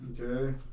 Okay